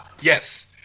yes